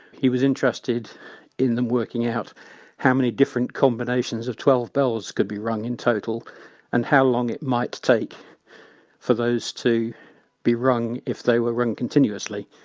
he was interested in them working out how many different combinations of twelve bells could be rung in total and how long it might take for those to be rung if they were rung continuously.